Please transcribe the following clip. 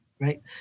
right